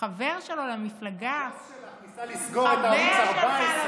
שחבר שלו למפלגה, הבוס שלך ניסה לסגור את ערוץ 14,